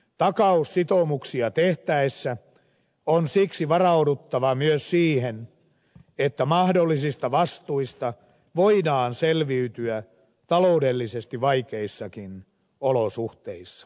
takaussitoumuksia tehtäessä on siksi varauduttava myös siihen että mahdollisista vastuista voidaan selviytyä taloudellisesti vaikeissakin olosuhteissa